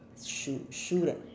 shoe shoe uh